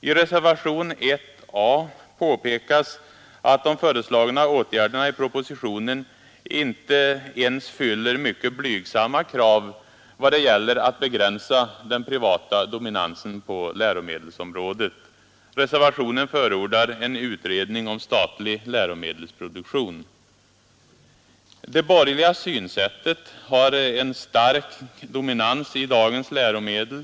I reservationen 1 a påpekas att de föreslagna åtgärderna i propositionen inte ens fyller mycket blygsamma krav vad det gäller att begränsa Det borgerliga synsättet har en stark dominans i dagens läromedel.